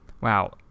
Wow